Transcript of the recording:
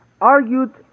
argued